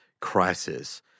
crisis